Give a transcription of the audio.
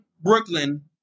Brooklyn